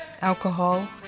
alcohol